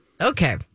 Okay